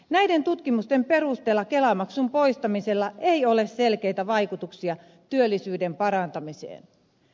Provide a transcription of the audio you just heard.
näiden tutkimusten perusteella kelamaksun poistamisella ei ole selkeitä vaikutuksia työllisyyden parantamiseen